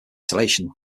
insulation